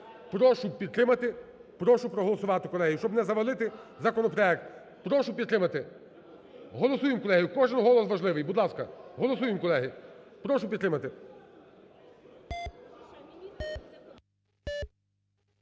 Прошу підтримати. Прошу проголосувати, колеги, щоб не завалити законопроект. Прошу підтримати. Голосуємо, колеги. Кожен голос важливий. Будь ласка, голосуємо, колеги. Прошу підтримати.